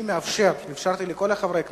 אני מאפשר, אפשרתי לכל חברי הכנסת.